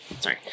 Sorry